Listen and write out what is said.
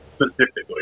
specifically